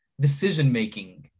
decision-making